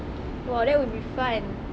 !wah! that would be fun